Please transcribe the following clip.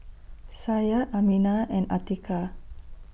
Syah Aminah and Atiqah